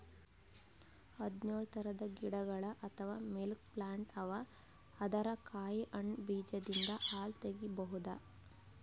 ಹದ್ದ್ನೊಳ್ ಥರದ್ ಗಿಡಗೊಳ್ ಅಥವಾ ಮಿಲ್ಕ್ ಪ್ಲಾಂಟ್ ಅವಾ ಅದರ್ ಕಾಯಿ ಹಣ್ಣ್ ಬೀಜದಿಂದ್ ಹಾಲ್ ತಗಿಬಹುದ್